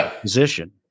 position